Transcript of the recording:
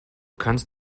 kannst